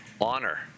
honor